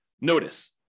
Notice